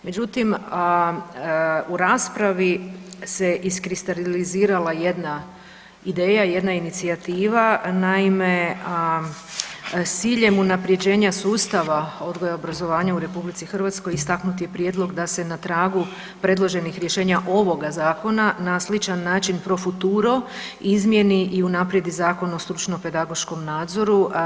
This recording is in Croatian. Međutim, u raspravi se iskristalizirala jedna ideja, jedna inicijativa, naime s ciljem unapređenja sustava odgoja i obrazovanja u RH istaknut je prijedlog da se na tragu predloženih rješenja ovoga zakona na sličan način pro futuro izmjeni i unaprijedi Zakon o stručnom pedagoškom nadzoru.